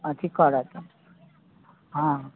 अथी करत हँ